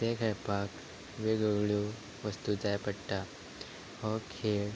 तें खेळपाक वेगवेगळ्यो वस्तू जाय पडटा हो खेळ